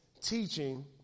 Teaching